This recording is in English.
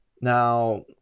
now